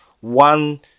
One